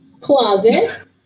Closet